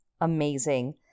Amazing